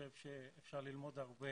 אפשר ללמוד הרבה